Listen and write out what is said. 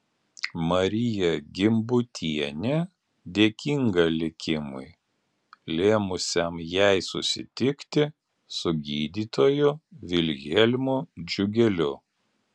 marija gimbutienė dėkinga likimui lėmusiam jai susitikti su gydytoju vilhelmu džiugeliu